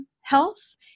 health